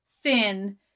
thin